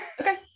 Okay